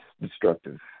destructive